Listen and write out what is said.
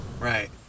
Right